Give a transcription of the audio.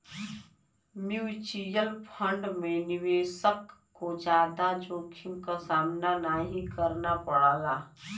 mutual fund में निवेशक को जादा जोखिम क सामना नाहीं करना पड़ला